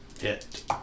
Hit